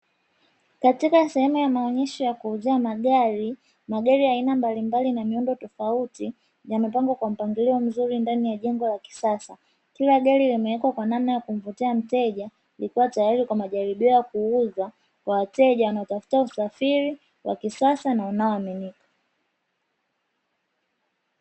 Katika sehemu ya maonyesho ya kuuzia magari, magari ya aina mbalimbali na miundo tofauti yamepangwa kwa mpangilio mzuri ndani ya jengo la kisasa, kila gari limewekwa kwa namna ya kumvutia mteja ikiwa tayari kwa majaribio ya kuuzwa kwa wateja wanaotafuta usafiri wa kisasa na wa kuaminika.